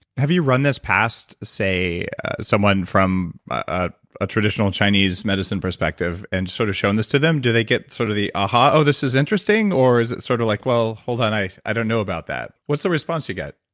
have you run this past, say someone from a ah traditional chinese medicine perspective and sort of shown this to them? do they get sort of the, aha, oh, this is interesting, or is it sort of like well, hold on, i i don't know about that, what's the response you got?